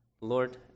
Lord